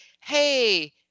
hey